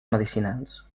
medicinals